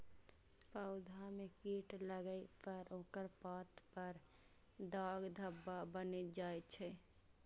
पौधा मे कीट लागै पर ओकर पात पर दाग धब्बा बनि जाइ छै